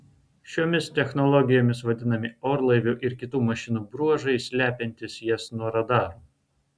šiomis technologijomis vadinami orlaivių ir kitų mašinų bruožai slepiantys jas nuo radarų